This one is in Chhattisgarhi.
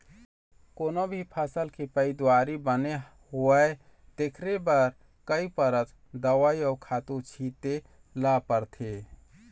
कोनो भी फसल के पइदावारी बने होवय तेखर बर कइ परत दवई अउ खातू छिते ल परथे